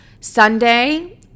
sunday